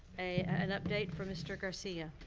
an update from mister garcia.